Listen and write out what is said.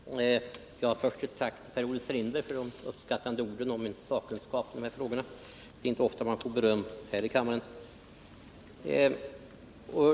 Herr talman! Först vill jag rikta ett tack till Per-Olof Strindberg för de uppskattande orden om min sakkunskap i dessa frågor. Det är inte ofta man får beröm här i kammaren.